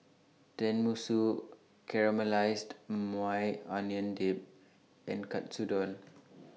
Tenmusu Caramelized Maui Onion Dip and Katsudon